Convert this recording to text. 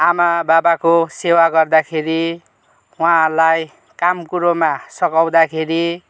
आमा बाबाको सेवा गर्दाखेरि उहाँहरूलाई कामकुरोमा सघाउँदाखेरि